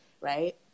right